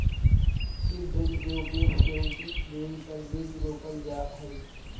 seed drill के उपयोग से उचित दूरी पर बीज रोपल जा हई